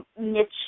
niche